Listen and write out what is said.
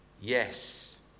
Yes